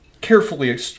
carefully